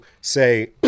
say